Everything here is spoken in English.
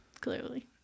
clearly